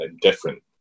different